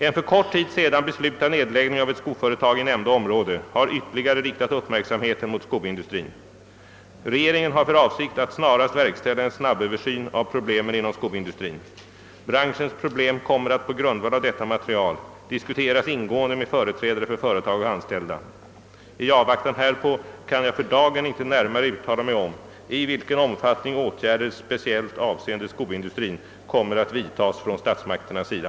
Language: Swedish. En för kort tid sedan beslutad nedläggning av ett skoföretag i nämnda område har ytterligare riktat uppmärksamheten mot skoindustrin. Regeringen har för avsikt att snarast verkställa en snabböversyn av problemen inom skoindustrin. Branschens problem kommer att på grundval av detta material diskuteras ingående med företrädare för företag och anställda, I avvaktan härpå kan jag för dagen inte närmare uttala mig om i vilken omfattning åtgärder speciellt avseende skoindustrin kommer att vidtas från statsmakternas sida.